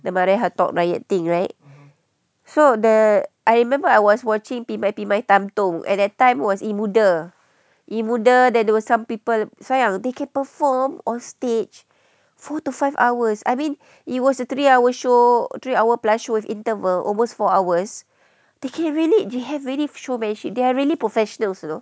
the maria hertogh riots thing right so the I remember I was watching pi mai pi mai tang tu at that time was imuda imuda that there were some people sayang they can perform on stage four to five hours I mean it was a three hour show three hour plus show with interval almost four hours they can really they have really showmanship they are really professionals you know